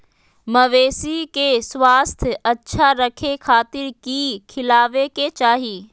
मवेसी के स्वास्थ्य अच्छा रखे खातिर की खिलावे के चाही?